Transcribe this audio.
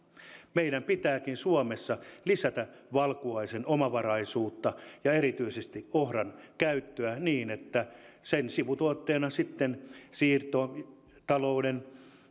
meidän pitääkin suomessa lisätä valkuaisen omavaraisuutta ja erityisesti ohran käyttöä niin että sen sivutuotteena sitten siirtotalouden